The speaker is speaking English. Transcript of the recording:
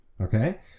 Okay